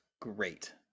great